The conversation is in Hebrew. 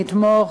בזה אתמוך,